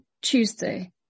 Tuesday